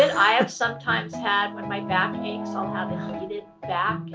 i have sometimes had, when my back aches, i'll have a heated back.